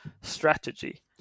strategy